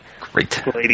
Great